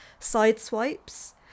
sideswipes